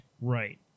Right